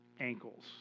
ankles